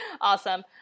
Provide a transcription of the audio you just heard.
Awesome